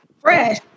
Fresh